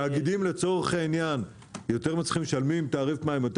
תאגידים לצורך בעניין משלמים תעריף מים יותר